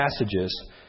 passages